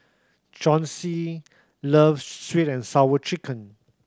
Chauncy loves Sweet And Sour Chicken